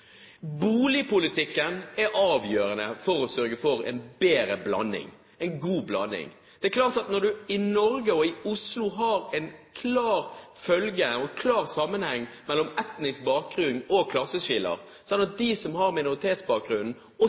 Boligpolitikken er avgjørende for å sørge for en bedre blanding – en god blanding. Når man i Norge og i Oslo har en klar sammenheng mellom etnisk bakgrunn og klasseskiller, slik at de som har